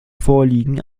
vorliegen